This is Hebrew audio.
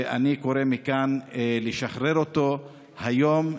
ואני קורא מכאן לשחרר אותו היום,